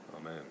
Amen